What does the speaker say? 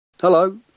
Hello